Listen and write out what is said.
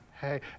hey